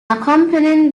accompanying